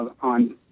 on